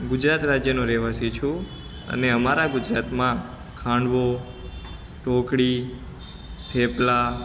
ગુજરાત રાજ્યનો રહેવાસી છું અને અમારા ગુજરાતમાં ખાંડવો ઢોકડી થેપલા